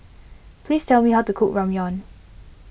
please tell me how to cook Ramyeon